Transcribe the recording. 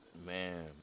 Man